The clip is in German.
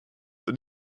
und